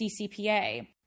CCPA